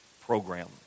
program